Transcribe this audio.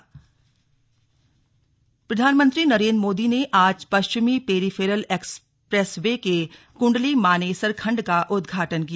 slug PM उद्घाटन प्रधानमंत्री नरेन्द्र मोदी ने आज पश्चिमी पेरीफेरल एक्सप्रेस वे के कुंडली मानेसर खंड का उद्घाटन किया